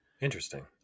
Interesting